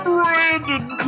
Brandon